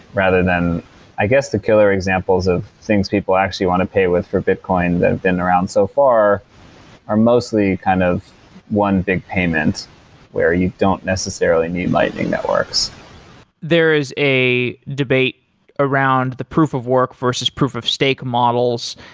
rather than i guess the killer examples of things people actually want to pay with for bitcoin that have been around so far are mostly kind of one big payment where you don't necessarily need lightning networks there is a debate around the proof of work versus proof of stake models.